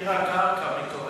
את מחיר הקרקע, מי קובע?